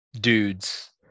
dudes